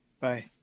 Bye